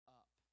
up